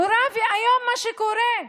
נורא ואיום מה שקורה,